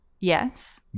Yes